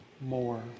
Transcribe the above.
more